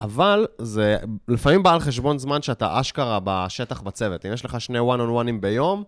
אבל זה לפעמים בא על חשבון זמן שאתה אשכרה בשטח, בצוות. אם יש לך שני וואן און וואנים ביום...